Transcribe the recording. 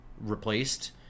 replaced